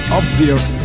obvious